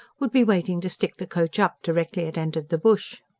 would be waiting to stick the coach up directly it entered the bush.